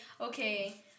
okay